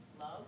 Love